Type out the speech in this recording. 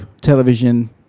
television